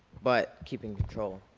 but keeping control.